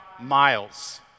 miles